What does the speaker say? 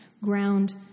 ground